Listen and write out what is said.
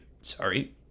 sorry